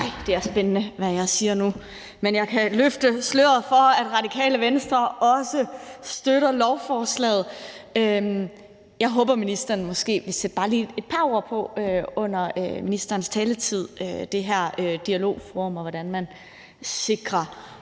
Det er spændende, hvad jeg siger nu. Men jeg kan løfte sløret for, at Radikale Venstre også støtter lovforslaget. Jeg håber, at ministeren i sin taletid måske bare lige vil sætte et par ord på det her dialogforum og på, hvordan man sikrer,